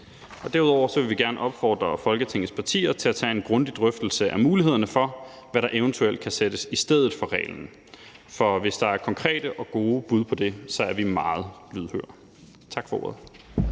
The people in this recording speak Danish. Derudover vil vi gerne opfordre Folketingets partier til at tage en grundig drøftelse af mulighederne for, hvad der eventuelt kan sættes i stedet for reglen, for hvis der er konkrete og gode bud på det, er vi meget lydhøre. Tak for ordet.